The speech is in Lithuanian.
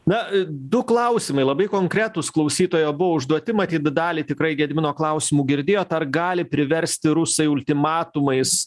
na du klausimai labai konkretūs klausytojo buvo užduoti matyt dalį tikrai gedimino klausimų girdėjot ar gali priversti rusai ultimatumais